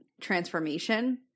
transformation